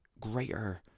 greater